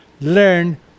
Learn